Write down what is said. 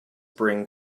bring